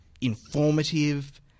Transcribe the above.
informative